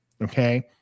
okay